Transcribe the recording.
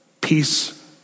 Peace